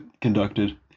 conducted